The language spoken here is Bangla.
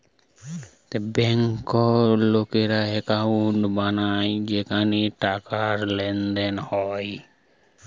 বেঙ্কে লোকেরা একাউন্ট বানায় যেখানে টাকার লেনদেন হয়